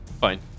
fine